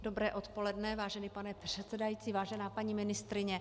Dobré odpoledne, vážený pane předsedající, vážená paní ministryně.